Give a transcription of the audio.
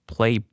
Play